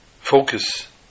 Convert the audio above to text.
focus